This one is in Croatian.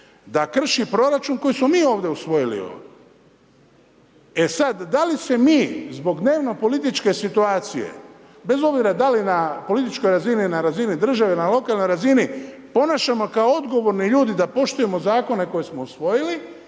Da krši proračun koji smo mi ovdje usvojili. E sad, da li se mi zbog dnevno političke situacije, bez obzira da li na političkoj razini, na razini države, na lokalnoj razini ponašamo kao odgovorni ljudi da poštujemo zakone koje smo usvojili